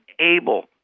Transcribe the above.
able